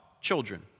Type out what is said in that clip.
children